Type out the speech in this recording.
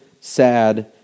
sad